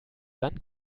dann